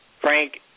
Frank